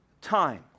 time